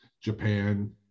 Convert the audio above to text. Japan